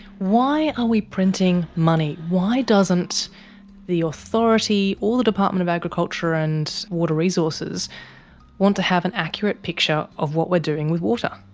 why are we printing money? why doesn't the authority or the department of agriculture and water resources want to have an accurate picture of what we're doing with water?